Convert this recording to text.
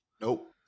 nope